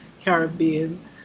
Caribbean